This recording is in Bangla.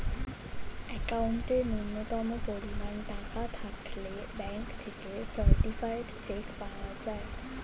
অ্যাকাউন্টে ন্যূনতম পরিমাণ টাকা থাকলে ব্যাঙ্ক থেকে সার্টিফায়েড চেক পাওয়া যায়